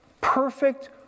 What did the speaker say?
perfect